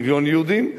מיליון יהודים,